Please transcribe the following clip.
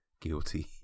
guilty